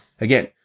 Again